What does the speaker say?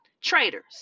traitors